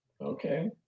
Okay